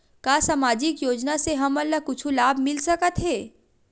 का सामाजिक योजना से हमन ला कुछु लाभ मिल सकत हे?